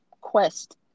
quest